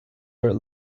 are